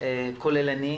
כולל אני,